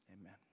amen